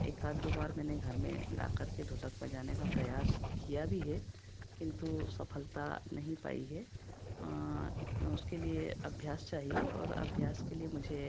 एकाध दो बार मैंने घर में लाकर के ढोलक बजाने का प्रयास किया भी है किंतु सफलता नहीं पाई है उसके लिए अभ्यास चाहिए और अभ्यास के लिए मुझे